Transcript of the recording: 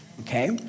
okay